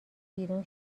بیرون